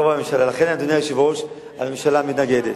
לכן, אדוני היושב-ראש, הממשלה מתנגדת.